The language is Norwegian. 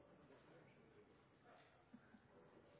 er